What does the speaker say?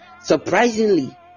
surprisingly